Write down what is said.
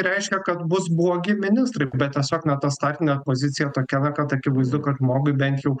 reiškia kad bus blogi ministrai bet tiesiog na ta startinė pozicija tokia kad akivaizdu kad žmogui bent jau